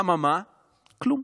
אממה, כלום.